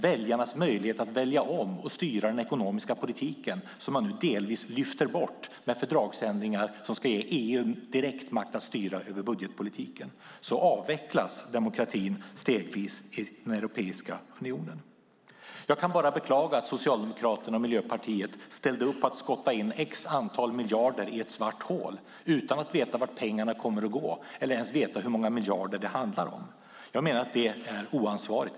Väljarnas möjlighet att välja om och styra den ekonomiska politiken lyfter man nu delvis bort med fördragsändringar som ska ge EU direkt makt att styra över budgetpolitiken. Så avvecklas demokratin stegvis i Europeiska unionen. Jag kan bara beklaga att Socialdemokraterna och Miljöpartiet ställde upp på att skotta in x miljarder i ett svart hål utan att veta vart pengarna kommer att gå eller ens veta hur många miljarder det handlar om. Jag menar att det är oansvarigt.